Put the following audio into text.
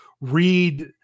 read